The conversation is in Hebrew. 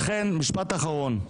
משפט אחרון.